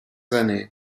années